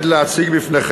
חבר הכנסת צחי הנגבי.